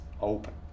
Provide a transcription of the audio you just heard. Open